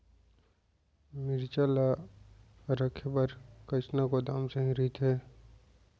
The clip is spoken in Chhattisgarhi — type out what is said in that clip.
मिरचा ला रखे बर कईसना गोदाम सही रइथे?